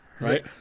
Right